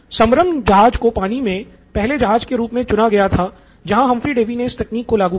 समरंग जहाज को पानी के पहले जहाज के रूप में चुना गया था जहां हम्फ्री डेवी ने इस तकनीक को लागू किया